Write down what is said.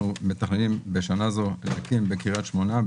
אנחנו מתכננים בשנה זו להקים בקריית שמונה,